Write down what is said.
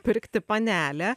pirkti panelę